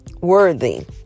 worthy